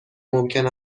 ممکن